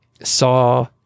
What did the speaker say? saw